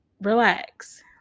relax